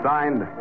Signed